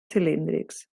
cilíndrics